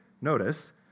notice